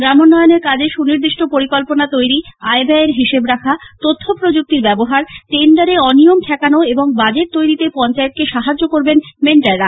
গ্রামোন্নয়নের কাজে সুনির্দিষ্ট পরিকল্পনা তৈরি আয় ব্যয়ের হিসেব রাখা তথ্যপ্রযুক্তির ব্যবহার টেন্ডারে অনিয়ম ঠেকানো এবং বাজেট তৈরিতে পঞ্চায়েতকে সাহায্য করবেন মেন্টররা